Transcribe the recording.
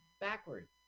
backwards